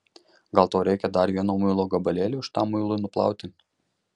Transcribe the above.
gal tau reikia dar vieno muilo gabalėlio šitam muilui nuplauti